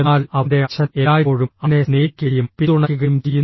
എന്നാൽ അവന്റെ അച്ഛൻ എല്ലായ്പ്പോഴും അവനെ സ്നേഹിക്കുകയും പിന്തുണയ്ക്കുകയും ചെയ്യുന്നു